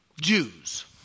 Jews